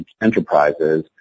enterprises